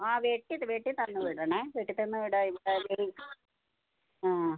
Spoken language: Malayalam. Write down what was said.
ആ വെട്ടിയിട്ട് വെട്ടിത്തന്ന് വിടണേ വെട്ടിത്തന്ന് വിടാതെ ഇരുന്നാൽ ഒരു ആ